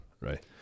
Right